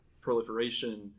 proliferation